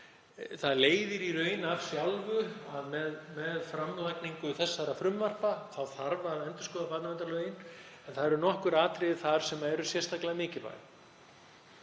Það leiðir í raun af sjálfu sér að með framlagningu þessara frumvarpa þarf að endurskoða barnaverndarlög en þar eru nokkur atriði sem eru sérstaklega mikilvæg.